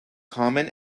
common